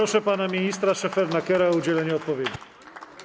Proszę pana ministra Szefernakera o udzielenie odpowiedzi.